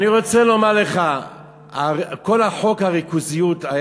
אני רוצה לומר לך שכל חוק הריכוזיות היה